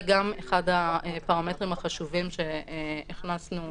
זה גם אחד הפרמטרים החשובים שהכנסנו